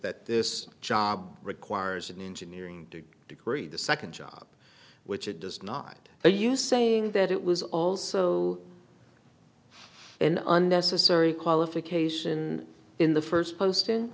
that this job requires an engineering degree the second job which it does not are you saying that it was also an unnecessary qualification in the first post in